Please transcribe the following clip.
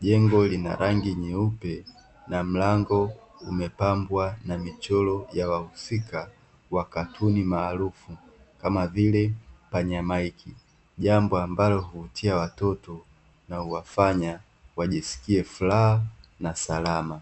jengo lina rangi nyeupe na mlango umepambwa na michoro ya wahusika wa katuni maarufu kama vile panyamaiki, jambo ambalo huvutia watoto na kuwafanya wajisikie furaha na salama.